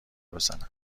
بزند